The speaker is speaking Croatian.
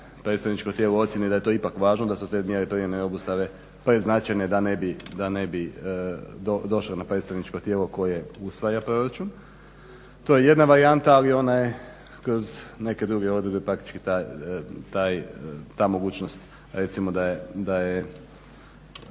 predstavničko tijelo ocijeni da je to ipak važno da su te mjere privremene obustave preznačajne da ne bi došlo na predstavničko tijelo koje usvaja proračun. To je jedna varijanta, ali ona je kroz neke druge odredbe praktički ta mogućnost recimo da je